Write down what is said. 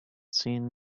seen